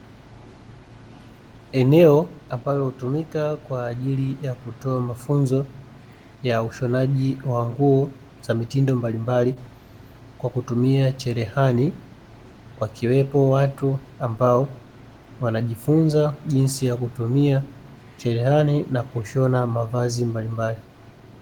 Eneo ambalo hutumika kwa ajili ya kutoa mafunzo ya ushonaji wa nguo za mitindo mbalimbali kwa kutumia cherehani, wakiwepo watu ambao wanajifunza jinsi ya kutumia cherehani na kushona mavazi mbalimbali.